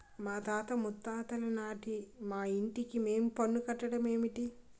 మాతాత ముత్తాతలనాటి మా ఇంటికి మేం పన్ను కట్టడ మేటి